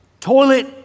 Toilet